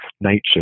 nature